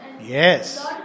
Yes